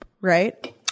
right